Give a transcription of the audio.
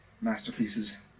masterpieces